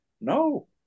no